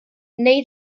neu